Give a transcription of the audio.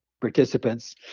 participants